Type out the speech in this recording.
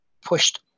pushed